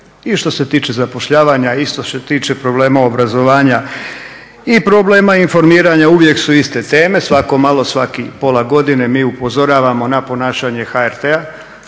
i što se tiče zapošljavanja i što se tiče problema obrazovanja i problema informiranja, uvijek su iste teme. Svako malo, svakih pola godine mi upozoravamo na ponašanje HRT-a